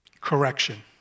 Correction